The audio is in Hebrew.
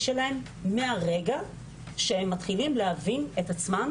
שלהם מהרגע שהם מתחילים להבין את עצמם